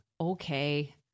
Okay